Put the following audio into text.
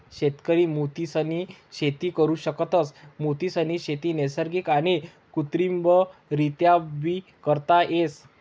शेतकरी मोतीसनी शेती करु शकतस, मोतीसनी शेती नैसर्गिक आणि कृत्रिमरीत्याबी करता येस